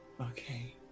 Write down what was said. Okay